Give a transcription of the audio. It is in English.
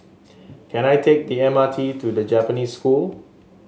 can I take the M R T to The Japanese School